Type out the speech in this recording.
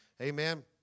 Amen